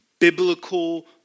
biblical